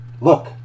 look